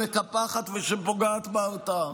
שמקפחת ושפוגעת בהרתעה?